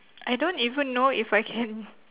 I don't even know if I can